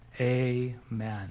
Amen